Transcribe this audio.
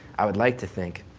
i would like to think.